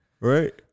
Right